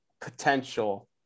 potential